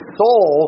soul